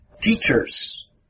teachers